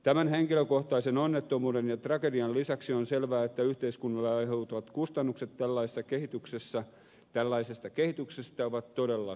tämän henkilökohtaisen onnettomuuden ja tragedian lisäksi on selvää että yhteiskunnalle aiheutuvat kustannukset tällaisesta kehityksestä ovat todella suuret